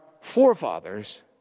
forefathers